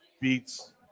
beats